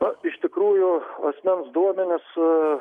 o iš tikrųjų asmens duomenis su